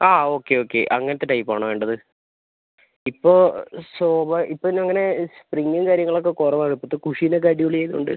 ആ okay okay അങ്ങനത്ത type ആണോ വേണ്ടത് ഇപ്പോൾ സോഫ ഇപ്പം പിന്നെ അങ്ങനെ സ്പ്രിംഗും കാര്യങ്ങളൊക്കെ കുറവാണ് ഇപ്പോഴത്തെ കുഷൻ ഒക്കെ അടിപൊളി ആയതുകൊണ്ട്